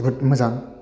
बहुत मोजां